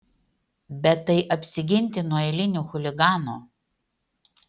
bet tai apsiginti nuo eilinių chuliganų